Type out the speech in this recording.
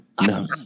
No